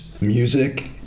music